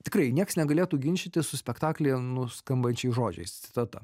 tikrai nieks negalėtų ginčytis su spektaklyje nuskambančiais žodžiais citata